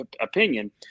opinion